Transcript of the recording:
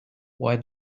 why